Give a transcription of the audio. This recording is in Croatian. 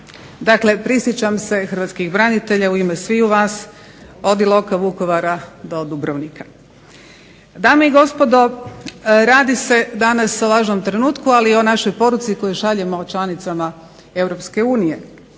Dakle, prisjećam se hrvatskih branitelja u ime sviju vas od Iloka, Vukovara do Dubrovnika. Dame i gospodo radi se danas o važnom trenutku, ali i o našoj poruci koju šaljemo članicama EU. Dakle,